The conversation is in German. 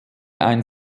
ein